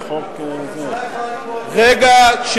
רגע מכונן,